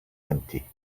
empty